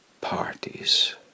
parties